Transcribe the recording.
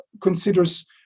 considers